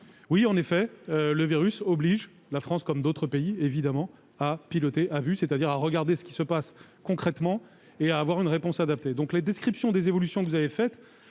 oui, en effet, le virus oblige la France, comme d'autres pays, à piloter à vue, c'est-à-dire à regarder ce qui se passe concrètement et à définir une réponse adaptée. Les évolutions que vous avez décrites